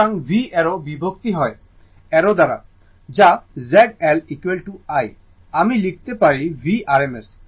সুতরাং V arrow বিভক্ত হয় I অ্যারো দ্বারা যা Z L I আমি লিখতে পারি V rms